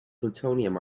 plutonium